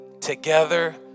together